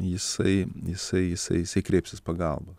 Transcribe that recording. jisai jisai jisai jisai kreipsis pagalbos